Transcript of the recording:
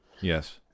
Yes